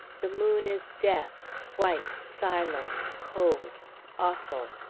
the moon is death, white, silent, cold awful.